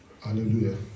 Hallelujah